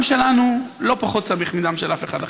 שלנו לא פחות סמיך מדם של אף אחד אחר.